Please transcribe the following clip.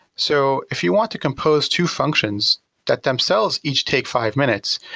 so if you want to compose two functions that themselves each take five minutes,